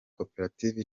koperative